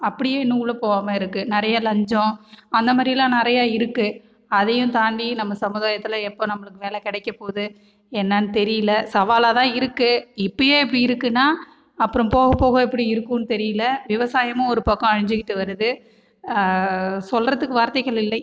அப்படியே இன்னும் உள்ளே போகாம இருக்கு நிறைய லஞ்சம் அந்த மாதிரில்லாம் நிறைய இருக்கு அதையும் தாண்டி நம்ம சமுதாயத்தில் எப்போ நம்மளுக்கு வேலை கிடைக்கப்போகுது என்னான்னு தெரியல சவாலாக தான் இருக்கு இப்பையே இப்படி இருக்குன்னா அப்புறம் போகப் போக எப்படி இருக்கும்னு தெரியல விவசாயமும் ஒரு பக்கம் அழிஞ்சிக்கிட்டு வருது சொல்கிறதுக்கு வார்த்தைகள் இல்லை